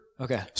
Okay